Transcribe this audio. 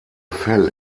fell